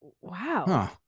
Wow